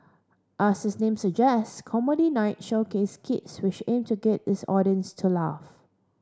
as its name suggest Comedy Night showcased skits which aimed to get its audience to laugh